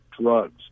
drugs